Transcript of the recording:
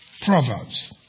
Proverbs